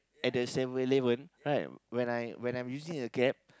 at the Seven-Eleven right when I when I'm using the gap